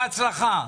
בהצלחה.